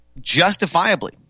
justifiably